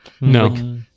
No